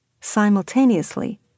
Simultaneously